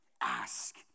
Ask